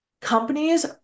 Companies